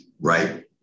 right